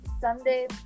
Sunday